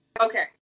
Okay